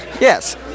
yes